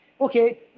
Okay